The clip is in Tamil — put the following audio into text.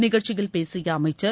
நிகழ்ச்சியில் பேசிய அமைச்சர்